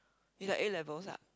is like A-levels ah